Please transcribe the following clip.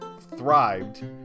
thrived